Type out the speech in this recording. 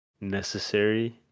necessary